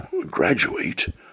graduate